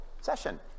session